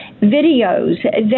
videos